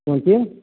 कोन चीज